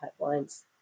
pipelines